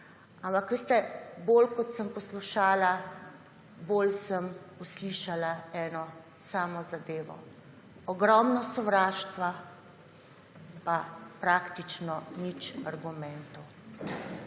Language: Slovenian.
ampak, veste, bolj kot sem poslušala, bolj sem slišala eno samo zadevo: ogromno sovraštva pa praktično nič argumentov.